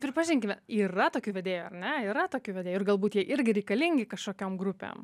pripažinkime yra tokių vedėjų ar ne yra tokių vedėjų ir galbūt jie irgi reikalingi kažkokiom grupėm